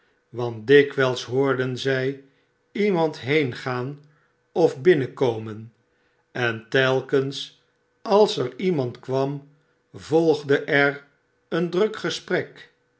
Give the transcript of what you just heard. want dikwijls hoorden zij iemand heengaan of binnenkomen en telkens als er iemand kwam volgde er een druk gesprek